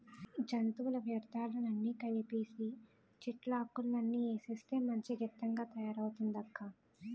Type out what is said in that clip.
జంతువుల వ్యర్థాలన్నీ కలిపీసీ, చెట్లాకులన్నీ ఏసేస్తే మంచి గెత్తంగా తయారయిందక్కా